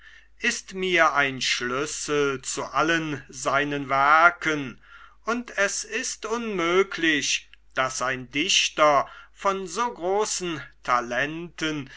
ist mir ein schlüssel zu allen seinen werken und es ist unmöglich daß ein dichter von so großen talenten